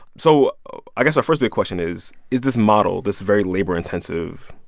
so i guess our first big question is is this model, this very labor-intensive,